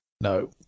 No